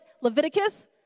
Leviticus